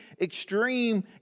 extreme